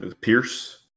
Pierce